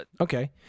Okay